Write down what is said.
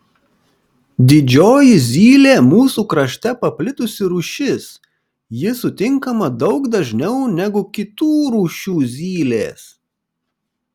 didžioji zylė mūsų krašte paplitusi rūšis ji sutinkama daug dažniau negu kitų rūšių zylės